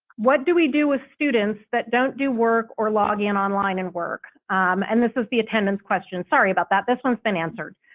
what do we do with students that don't do work or login online and work? umm and this is the attendance question. sorry about that, this one's been answered.